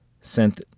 sent